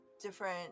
different